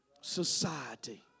society